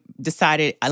decided